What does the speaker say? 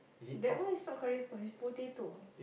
that one is not curry puff is potato